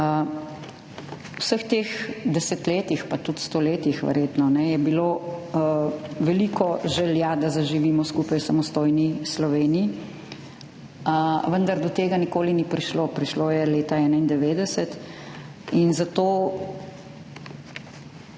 vseh teh desetletjih, pa tudi stoletjih, verjetno, je bilo veliko želja, da zaživimo skupaj v samostojni Sloveniji, vendar do tega nikoli ni prišlo. Prišlo je leta 1991. Zato